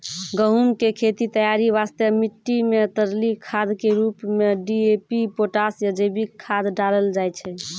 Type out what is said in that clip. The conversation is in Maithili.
गहूम के खेत तैयारी वास्ते मिट्टी मे तरली खाद के रूप मे डी.ए.पी पोटास या जैविक खाद डालल जाय छै